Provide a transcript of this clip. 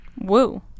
Woo